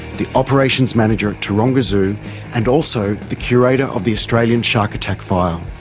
the operations manager at taronga zoo and also the curator of the australian shark attack file.